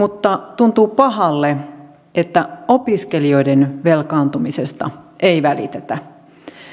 mutta tuntuu pahalle että opiskelijoiden velkaantumisesta ei välitetä